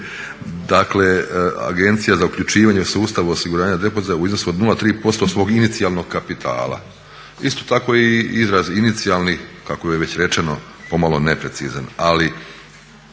Dakle, Agencija za uključivanje u sustavu osiguranja depozita u iznosu od 0,3% svog inicijalnog kapitala. Isto tako i izraz inicijalni kako je već rečeno pomalo neprecizan,